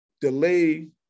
delay